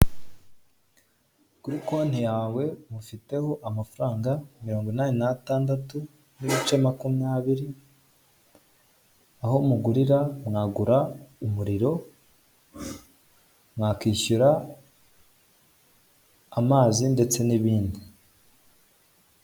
Kuri konti yawe mufiteho amafaranga mirongo inani n'atandatu n'ibice makumyabiri, aho mugurira mwagura umuriro; mwakwishyura amazi, ndetse n'ibindi.